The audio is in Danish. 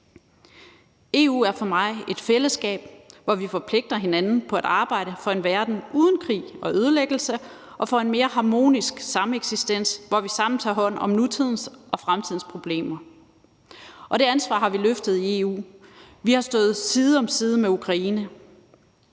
EU er for mig et fællesskab, hvor vi forpligter hinanden på at arbejde for en verden uden krig og ødelæggelse og for en mere harmonisk sameksistens, hvor vi sammen tager hånd om nutidens og fremtidens problemer. Det ansvar har vi løftet i EU. Vi har stået side om side med Ukraine.